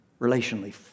relationally